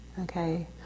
Okay